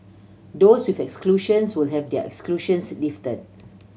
those with exclusions will have their exclusions lifted